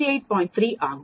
3 ஆகும்